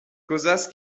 cosas